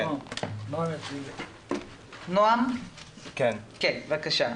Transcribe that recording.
נועם פליק, בבקשה.